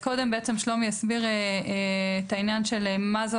קודם שלומי יסביר את העניין מה זו